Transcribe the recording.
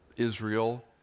Israel